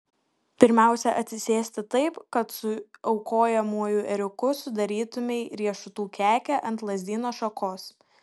pirmiausia atsisėsti taip kad su aukojamuoju ėriuku sudarytumei riešutų kekę ant lazdyno šakos